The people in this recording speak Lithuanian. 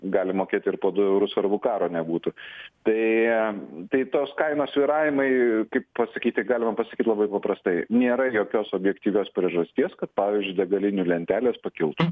gali mokėt ir po du eurus svarbu karo nebūtų tai tai tos kainos svyravimai kaip pasakyti galima pasakyt labai paprastai nėra jokios objektyvios priežasties kad pavyzdžiui degalinių lentelės pakiltų